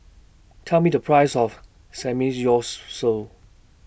telll Me The Price of Samgyeopsal